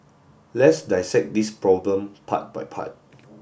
let's dissect this problem part by part